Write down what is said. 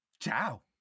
Ciao